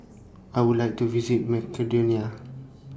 I Would like to visit Macedonia